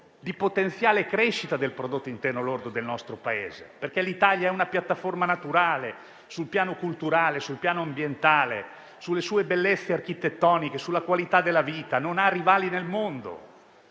di potenziale crescita del prodotto interno lordo del nostro Paese. L'Italia è una piattaforma naturale sul piano culturale e ambientale. Per le sue bellezze architettoniche e la qualità della vita non ha rivali nel mondo.